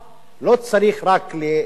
לא צריך רק לדבר